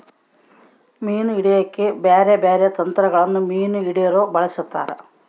ಮೀನು ಹಿಡೆಕ ಬ್ಯಾರೆ ಬ್ಯಾರೆ ತಂತ್ರಗಳನ್ನ ಮೀನು ಹಿಡೊರು ಬಳಸ್ತಾರ